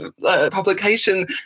publication